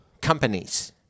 companies